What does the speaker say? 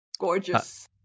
gorgeous